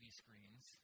screens